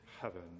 heaven